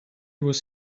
was